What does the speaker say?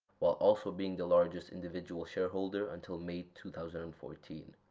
while also being the largest individual shareholder until may two thousand and fourteen.